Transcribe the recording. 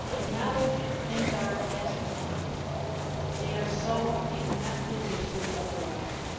in knowledge, things are ascertained they are so and not dubiously otherwise.